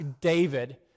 David